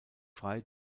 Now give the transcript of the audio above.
frei